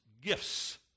gifts